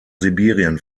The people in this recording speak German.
sibirien